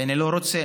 ואני לא רוצה,